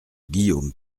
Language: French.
guillaume